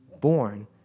born